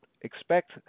expect